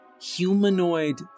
Humanoid